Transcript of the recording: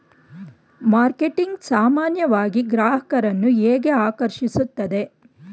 Marketing ಸಾಮಾನ್ಯವಾಗಿ ಗ್ರಾಹಕರನ್ನು ಹೇಗೆ ಆಕರ್ಷಿಸುತ್ತದೆ?